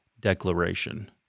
declaration